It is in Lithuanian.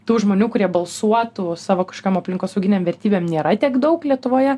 tų žmonių kurie balsuotų savo kažkokiom aplinkosauginėm vertybėm nėra tiek daug lietuvoje